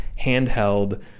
handheld